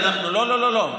לא, לא, לא.